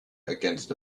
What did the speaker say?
against